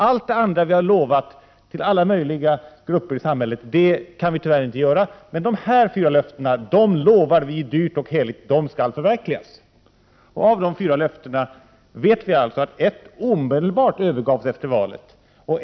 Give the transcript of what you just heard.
Allt det andra som vi har lovat alla möjliga grupper i samhället kan vi tyvärr inte stå fast vid, men dessa fyra löften lovar vi dyrt och heligt att förverkliga. Av dessa fyra löften vet vi att åtminstone ett omedelbart övergavs efter valet.